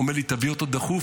הוא אומר לי: תביא אותו דחוף,